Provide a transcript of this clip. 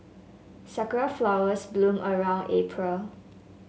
sakura flowers bloom around April